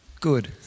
Good